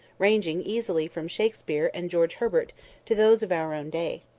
ranging easily from shakespeare and george herbert to those of our own day.